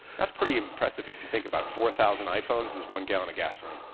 that's pretty impressive. if you think about four thousand iphones is one gallon of gasoline.